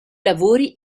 lavori